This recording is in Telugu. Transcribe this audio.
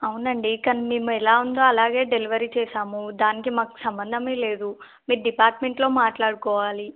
అవునండి కానీ మేము ఎలా ఉందో అలాగే డెలివరీ చేసాము దానికి మాకు సంబంధం లేదు మీరు డిపార్ట్మెంట్లో మాట్లాడుకోవాలి